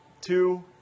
two